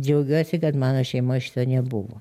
džiaugiuosi kad mano šeimoj šito nebuvo